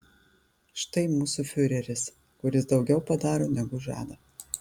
štai mūsų fiureris kuris daugiau padaro negu žada